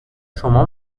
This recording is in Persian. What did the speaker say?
شما